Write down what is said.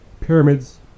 pyramids